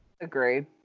Agreed